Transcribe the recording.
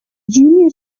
junior